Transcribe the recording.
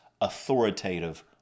authoritative